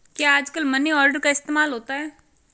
क्या आजकल money order का इस्तेमाल होता है?